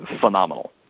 phenomenal